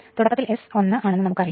തുടക്കത്തിൽ S1 ആണെന്ന് നമുക്ക് അറിയാം